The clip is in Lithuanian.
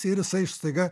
ir jisai staiga